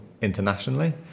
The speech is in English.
internationally